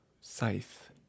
scythe